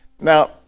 Now